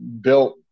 built